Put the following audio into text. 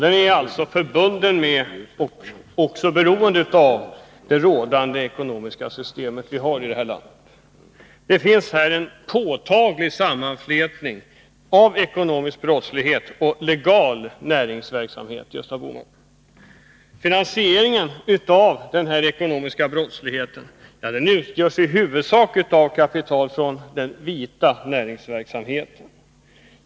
Den är alltså förbunden med och även beroende av vilket ekonomiskt system vi har. Det finns här en påtaglig sammanflätning av ekonomisk brottslighet och legal näringsverksamhet, Gösta Bohman! Den ekonomiska brottsligheten finansieras i huvudsak av den ”vita” näringsverksamheten.